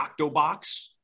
Octobox